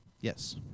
Yes